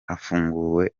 hafunguwe